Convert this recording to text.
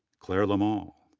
claire lamal,